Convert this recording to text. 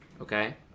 Okay